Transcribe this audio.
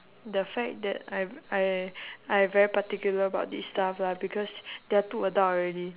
the fact that I'm I I very particular about this stuff lah because they are too adult already